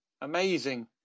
amazing